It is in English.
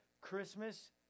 Christmas